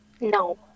No